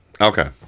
Okay